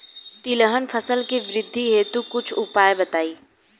तिलहन फसल के वृद्धि हेतु कुछ उपाय बताई?